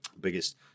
biggest